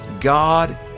God